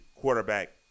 quarterback